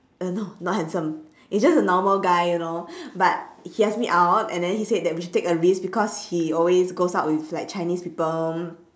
uh no not handsome it's just a normal guy you know but he ask me out and then he said that we should take a risk because he always goes out with like chinese people